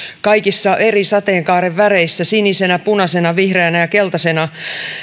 kaikissa eri sateenkaaren väreissä sinisenä punaisena vihreänä ja keltaisena